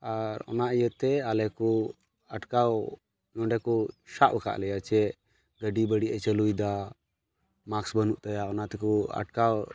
ᱟᱨ ᱚᱱᱟ ᱤᱭᱟᱹᱛᱮ ᱟᱞᱮᱠᱚ ᱟᱴᱠᱟᱣ ᱱᱚᱰᱮᱠᱚ ᱥᱟᱵ ᱟᱠᱟᱫ ᱞᱮᱭᱟ ᱡᱮ ᱜᱟᱹᱰᱤ ᱵᱟᱹᱲᱤᱡᱮ ᱪᱟᱹᱞᱩᱭᱮᱫᱟ ᱢᱟᱠᱥ ᱵᱟᱹᱱᱩᱜ ᱛᱟᱭᱟ ᱚᱱᱟᱛᱮᱠᱚ ᱟᱴᱠᱟᱣ